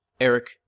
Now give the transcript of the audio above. Eric